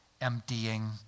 emptying